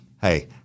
Hey